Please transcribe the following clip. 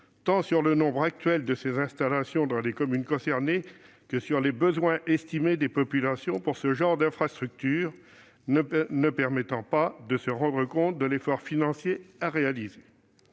tant sur le nombre actuel de ces installations dans les communes concernées que sur les besoins estimés des populations pour ce genre d'infrastructures. Il est ainsi difficile d'évaluer l'effort financier à réaliser.